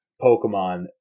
pokemon